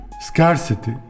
scarcity